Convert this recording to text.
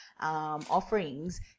offerings